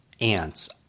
Ants